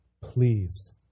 pleased